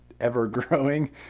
ever-growing